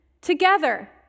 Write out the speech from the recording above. together